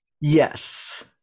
Yes